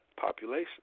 population